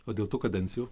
o dėl tų kadencijų